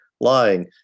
lying